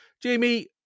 Jamie